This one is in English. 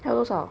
还有多少